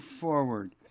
forward